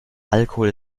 alkohol